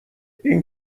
این